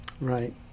Right